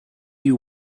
you